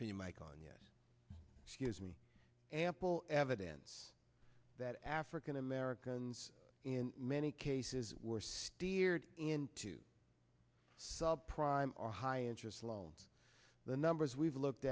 to make on yes here's me apple evidence that african americans in many cases were steered into sub prime or high interest loans the numbers we've looked